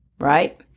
Right